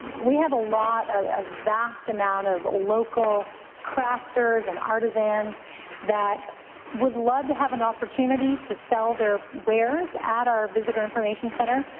we have a lot of ah vast amount of local crafters and artisans that would love to have an opportunity to sell their wares at our visitor information centre,